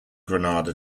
granada